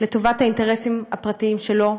לטובת האינטרסים הפרטיים שלו,